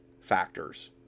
factors